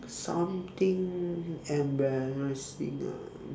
something embarrassing ah